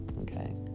Okay